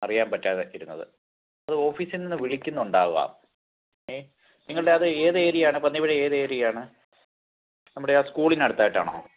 അറിയാൻ പറ്റാതെ ഇരുന്നത് അത് ഓഫീസിൽ നിന്ന് വിളിക്കുന്നുണ്ടാവാം ഏഹ് നിങ്ങളുടെ അത് ഏത് ഏരിയ ആണ് പന്നിയൂര് ഏത് ഏരിയാണ് നമ്മുടെ ആ സ്കൂളിന് അടുത്തായിട്ടാണോ